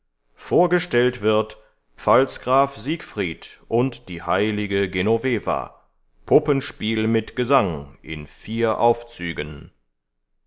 vorgestellt wird pfalzgraf siegfried und die heilige genoveva puppenspiel mit gesang in vier aufzügen